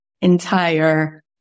entire